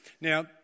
Now